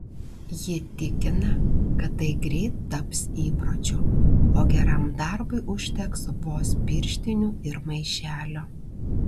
ji tikina kad tai greit taps įpročiu o geram darbui užteks vos pirštinių ir maišelio